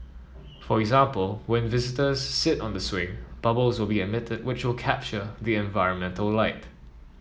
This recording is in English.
for example when visitors sit on the swing bubbles will be emitted which will capture the environmental light